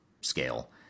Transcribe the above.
scale